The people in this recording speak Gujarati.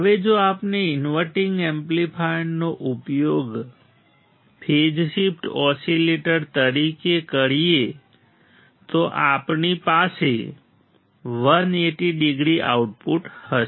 હવે જો આપણે ઇન્વર્ટીંગ એમ્પ્લીફાયરનો ઉપયોગ ફેઝ શિફ્ટ ઓસીલેટર તરીકે કરીએ તો આપણી પાસે 180 ડિગ્રી આઉટપુટ હશે